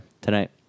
tonight